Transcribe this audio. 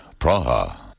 Praha